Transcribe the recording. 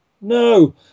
no